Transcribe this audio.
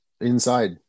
inside